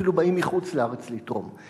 אפילו באים מחוץ-לארץ לתרום.